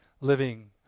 living